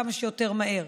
כמה שיותר מהר.